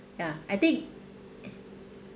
ya I think